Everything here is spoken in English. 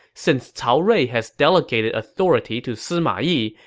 since cao rui has delegated authority to sima yi,